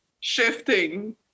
shifting